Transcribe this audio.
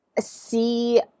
See